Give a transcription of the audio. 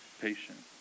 patient